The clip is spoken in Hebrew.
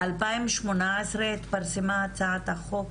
ב- 2018 התפרסמה הצעת החוק?